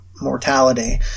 mortality